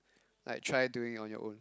like try doing on your own